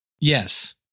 Yes